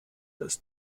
dass